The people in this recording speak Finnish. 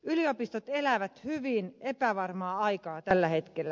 yliopistot elävät hyvin epävarmaa aikaa tällä hetkellä